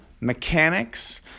mechanics